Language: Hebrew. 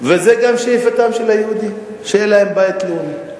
וזאת גם שאיפתם של היהודים, שיהיה להם בית לאומי.